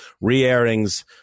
re-airings